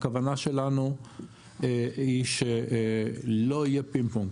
הכוונה שלנו היא שלא יהיה פינג-פונג,